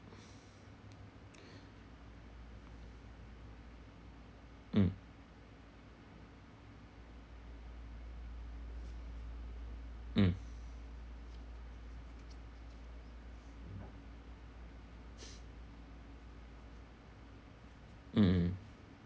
mm mm mm mm